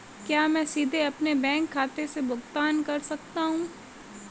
क्या मैं सीधे अपने बैंक खाते से भुगतान कर सकता हूं?